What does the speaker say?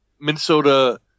Minnesota